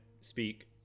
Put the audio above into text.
speak